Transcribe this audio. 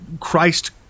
Christ